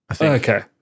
Okay